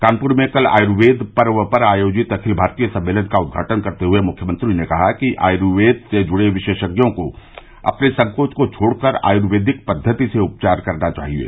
कानपूर में कल आयुर्वेद पर्व पर आयोजित अखिल भारतीय सम्मेलन का उद्घाटन करते हुए मुख्यमंत्री ने कहा कि आयूर्वेद से जुड़े विशेषज्ञों को अपने संकोच को छोड़ कर आयूर्वेदिक पद्वति से उपचार करना चाहिये